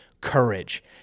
courage